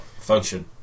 function